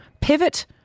pivot